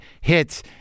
hits